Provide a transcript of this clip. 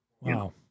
Wow